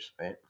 right